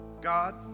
God